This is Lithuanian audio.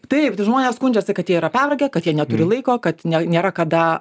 taip tai žmonės skundžiasi kad jie yra pervargę kad jie neturi laiko kad ne nėra kada